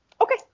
Okay